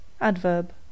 adverb